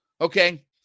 okay